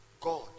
God